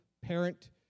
parent